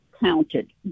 counted